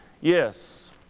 Yes